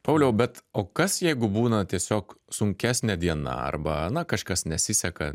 pauliau bet o kas jeigu būna tiesiog sunkesnė diena arba na kažkas nesiseka